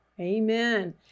Amen